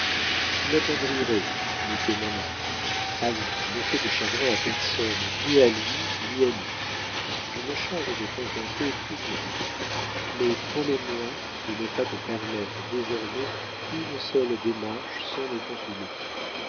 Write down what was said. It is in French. tu m'attendrirais n'était mon âge allons ne fais de chagrin à personne ni à lui ni à nous je me charge de contenter tout le monde mais promets-moi de ne pas te permettre désormais une seule démarche sans me consulter